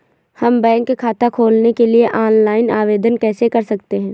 हम बैंक खाता खोलने के लिए ऑनलाइन आवेदन कैसे कर सकते हैं?